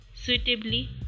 suitably